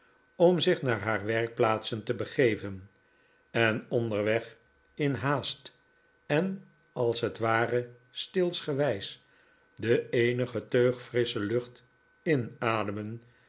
om zich naar haar werkplaatsen te begeven en onderweg in haast en als het ware steelsgewijze de eenige teug frissche lucht inademen